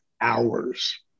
hours